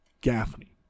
Gaffney